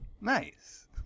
Nice